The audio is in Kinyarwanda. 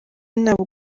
ntabwo